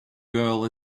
girl